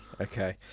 okay